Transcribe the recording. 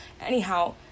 anyhow